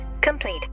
complete